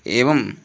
एवम्